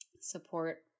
support